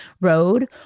road